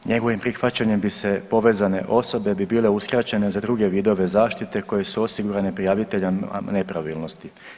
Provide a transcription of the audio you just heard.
Njegovim prihvaćanjem bi se povezane osobe bi bile uskraćene za druge vidove zaštite koje su osigurane prijaviteljima nepravilnosti.